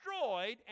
destroyed